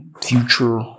future